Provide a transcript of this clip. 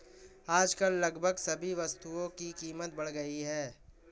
आजकल लगभग सभी वस्तुओं की कीमत बढ़ गई है